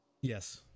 yes